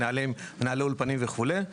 מנהלי אולפנים וכולי.